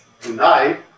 Tonight